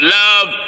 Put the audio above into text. love